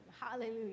hallelujah